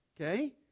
Okay